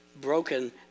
broken